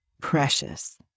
precious